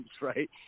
right